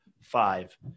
five